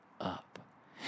up